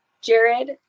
Jared